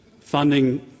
funding